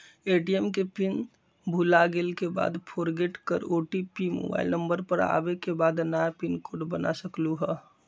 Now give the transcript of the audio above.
ATM के pin भुलागेल के बाद फोरगेट कर ओ.टी.पी मोबाइल नंबर पर आवे के बाद नया पिन कोड बना सकलहु ह?